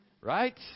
Right